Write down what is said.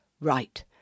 right